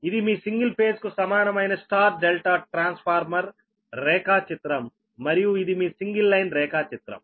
ఇది మీ single phase కు సమానమైన Y ∆ ట్రాన్స్ఫార్మర్ రేఖాచిత్రం మరియు ఇది మీ సింగిల్ లైన్ రేఖాచిత్రం